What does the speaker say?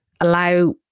allow